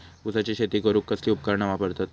ऊसाची शेती करूक कसली उपकरणा वापरतत?